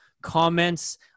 comments